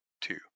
two